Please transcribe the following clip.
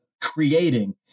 creating